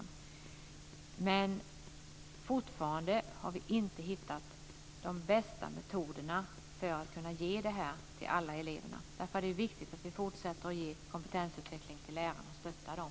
Men fortfarande har vi inte hittat de bästa metoderna för att kunna ge det här till alla elever. Därför är det viktigt att vi fortsätter att ge kompetensutveckling till lärarna och att stötta dem.